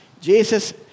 Jesus